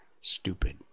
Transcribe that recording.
Stupid